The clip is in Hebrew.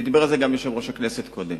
ודיבר על זה גם יושב-ראש הכנסת קודם,